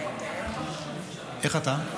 איך אתה?